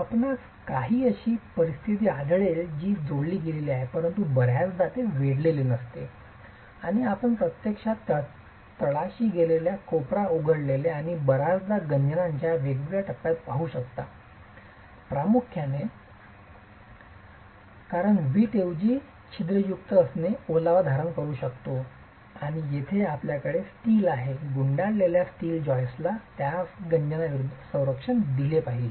आपणास अशी काही परिस्थिती आढळेल जिथे ती जोडली गेली आहे परंतु बर्याचदा ते वेढलेले नसते आणि आपण प्रत्यक्षात तळाशी असलेले कोपरा उघडलेले आणि बर्याचदा गंजण्याच्या वेगवेगळ्या टप्प्यात पाहू शकता प्रामुख्याने कारण वीट ऐवजी छिद्रयुक्त असणे ओलावा धारण करू शकतो आणि येथे आपल्याकडे स्टील आहे गुंडाळलेल्या स्टील जियोस्टला ज्यास गंजविरूद्ध संरक्षण दिले पाहिजे